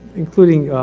including,